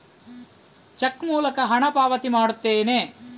check ಮೂಲಕ ಹಣ ಪಾವತಿ ಮಾಡುತ್ತೇನೆ